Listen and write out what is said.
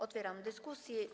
Otwieram dyskusję.